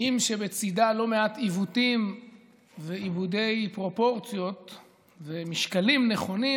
אף שבצידה לא מעט עיוותים ואיבודי פרופורציות ומשקלים נכונים,